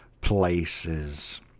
places